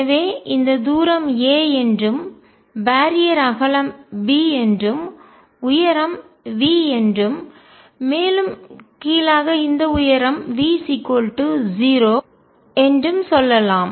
எனவே இந்த தூரம் a என்றும் பேரியர் தடை அகலம் b என்றும் உயரம் V என்றும் மேலும் கீழே இந்த உயரம் V 0 என்றும் சொல்லலாம்